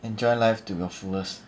enjoy life to the fullest